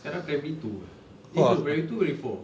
sekarang primary two eh no primary two primary four